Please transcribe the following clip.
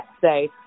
say